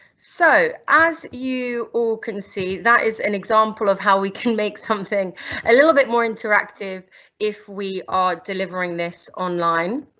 so as you all can see that is an example of how we can make something a little bit more interactive if we are delivering this online.